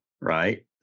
right